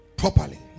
properly